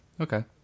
Okay